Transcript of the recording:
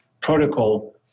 protocol